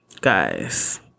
guys